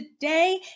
today